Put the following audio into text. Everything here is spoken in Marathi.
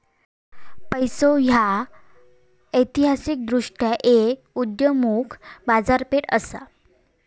पैसो ह्या ऐतिहासिकदृष्ट्यो एक उदयोन्मुख बाजारपेठ असा